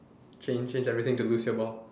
change change everything to lose your ball